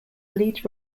lead